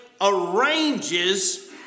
arranges